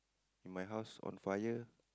if my house on fire